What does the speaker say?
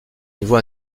niveau